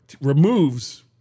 removes